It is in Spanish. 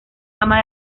gama